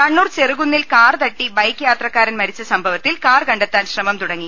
കണ്ണൂർ ചെറുകുന്നിൽ കാർ തട്ടി ബൈക്ക് യാത്രക്കാരൻ മരിച്ച സംഭവത്തിൽ കാർ കണ്ടെത്താൻ ശ്രമം തുടങ്ങി